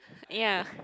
ya